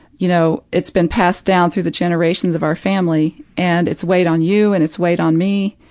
you know, it's been passed down through the generations of our family, and it's weighed on you and it's weighed on me,